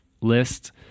list